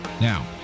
Now